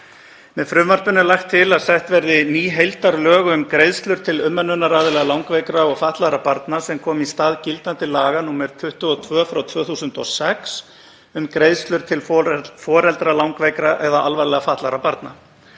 Með frumvarpinu er lagt til að sett verði ný heildarlög um greiðslur til umönnunaraðila langveikra og fatlaðra barna sem komi í stað gildandi laga nr. 22/2006, um greiðslur til foreldra langveikra eða alvarlega fatlaðra barna.